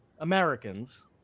Americans